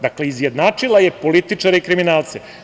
Dakle, izjednačila je političare i kriminalce.